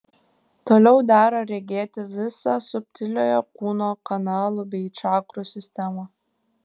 toliau dera regėti visą subtiliojo kūno kanalų bei čakrų sistemą